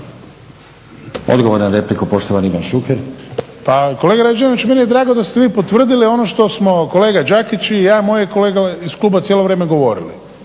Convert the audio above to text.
Odgovor na repliku poštovani Ivan Šuker. **Šuker, Ivan (HDZ)** Pa kolega Rađenović, meni je drago da ste vi potvrdili ono što smo kolega Đakić i ja i moje kolege iz kluba cijelo vrijeme govorili.